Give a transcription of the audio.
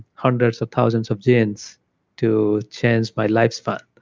hundreds of thousands of genes to change my lifespan.